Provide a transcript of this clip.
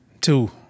Two